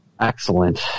Excellent